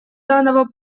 данного